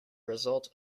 result